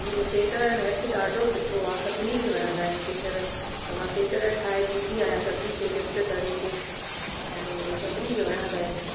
ऐं मुहिंजो सीटर में हथ ॾाढो सुठो आ सभिनी खे वणंदा इन सीटर त मां सीटर ठाहे ॾींदी आहियां सभिनी खे गिफ्ट तरीक़े ऐं सभिनी खे वणंदा आहिनि